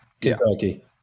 Kentucky